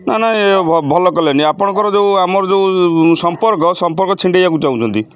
ନା ନା ଭଲ କଲେନି ଆପଣଙ୍କର ଯେଉଁ ଆମର ଯେଉଁ ସମ୍ପର୍କ ସମ୍ପର୍କ ଛିଣ୍ଡାଇବାକୁ ଚାହୁଁଛନ୍ତି